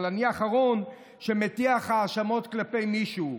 אני האחרון שמטיח האשמות כלפי מישהו.